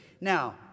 Now